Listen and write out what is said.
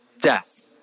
death